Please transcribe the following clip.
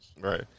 Right